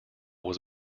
was